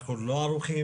אנחנו לא ערוכים,